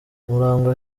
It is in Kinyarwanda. murangwa